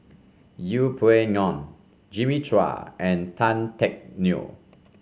Yeng Pway Ngon Jimmy Chua and Tan Teck Neo